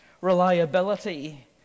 reliability